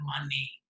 money